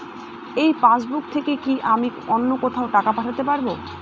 এই পাসবুক থেকে কি আমি অন্য কোথাও টাকা পাঠাতে পারব?